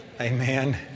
Amen